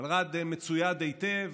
המלר"ד מצויד היטב.